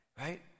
right